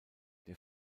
der